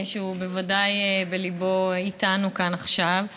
שהוא בוודאי בליבו איתנו כאן עכשיו.